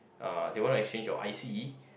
uh they want to exchange your I_C